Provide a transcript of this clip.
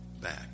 back